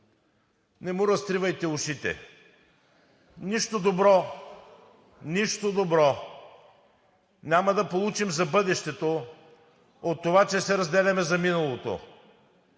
Не му разтривайте ушите. Нищо добро няма да получим за бъдещето от това, че се разделяме за миналото.